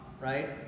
right